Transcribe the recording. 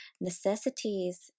necessities